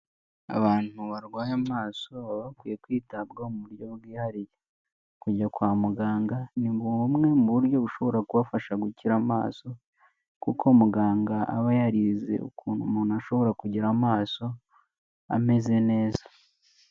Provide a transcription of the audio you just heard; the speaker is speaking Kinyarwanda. Abantu barwaye amaso baba bakwiye kwitabwaho mu buryo bwihariye. Kujya kwa muganga ni bumwe mu buryo bushobora kubafasha gukira amasoso kuko muganga aba yarize ukuntu umuntu ashobora kugira amaso ameze neza.